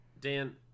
dan